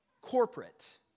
corporate